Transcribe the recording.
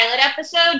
episode